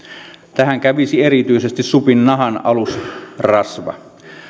tähän kävisi erityisesti supin nahan alusrasva